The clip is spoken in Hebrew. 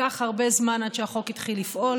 לקח הרבה זמן עד שהחוק התחיל לפעול.